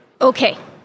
Okay